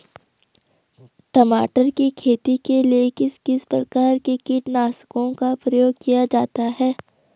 टमाटर की खेती के लिए किस किस प्रकार के कीटनाशकों का प्रयोग किया जाता है?